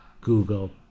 Google